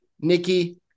Nikki